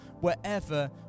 wherever